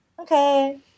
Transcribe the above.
okay